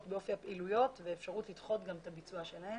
באופי הפעילויות וגם אפשרות לדחות את הביצוע שלהן.